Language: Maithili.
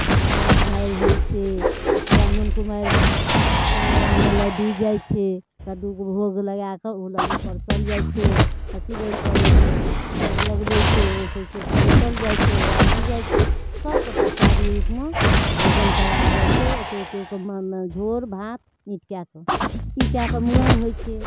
ब्राह्मण कुमारि होइ छै ब्राह्मण कुमारिमे चङ्गेरामे लड्डू जाइ छै लड्डूके भोग लगाकऽ ओ लड्डू परसल जाइ छै खस्सी बलि पड़ै छै तऽ भोग लगबै छै ओ सौँसे नौतल जाइ छै ओ रान्हल जाइ छै सबके प्रसादी रूपमे भोजन कराओल जाइ छै एते एते केमने झोर भात निपटा कऽ ई कए कऽ मुरन होइ छै